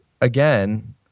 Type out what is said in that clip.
again